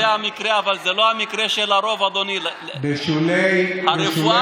סיפור מופלא שגם מופיע באתר הידברות בצורה מלאה.